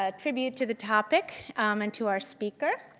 ah tribute to the topic and to our speaker.